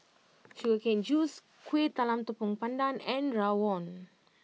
Sugar Cane Juice Kueh Talam Tepong Pandan and Rawon